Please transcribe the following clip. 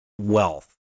wealth